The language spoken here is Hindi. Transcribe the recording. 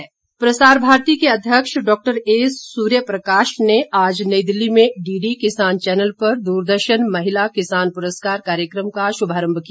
पुरस्कार प्रसार भारती के अध्यक्ष डॉक्टर ए सूर्यप्रकाश ने आज नई दिल्ली में डीडी किसान चैनल पर दूरदर्शन महिला किसान पुरस्कार कार्यक्रम का शुभारंभ किया